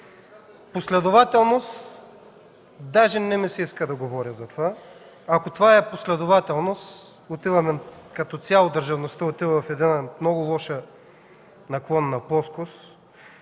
Последователност?! Даже не ми се иска да говоря за това. Ако това е последователност, като цяло държавността отива в една много лоша наклонена плоскост.